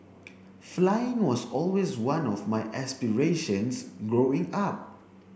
flying was always one of my aspirations growing up